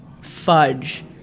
fudge